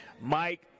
Mike